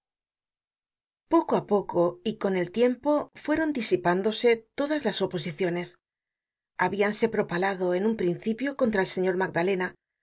poco á poco y con el tiempo fueron disipándose todas la oposiciones habianse propalado en un principio contra el señor magdalena